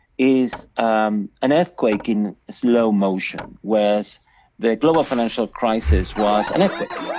is an earthquake in slow-motion, where's the global financial crisis was an earthquake.